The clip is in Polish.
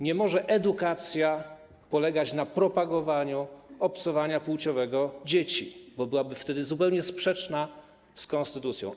Nie może edukacja polegać na propagowaniu obcowania płciowego dzieci, bo byłaby wtedy zupełnie sprzeczna z konstytucją.